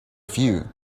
few